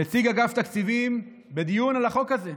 נציג אגף התקציבים, בדיון על החוק הזה,